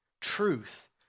truth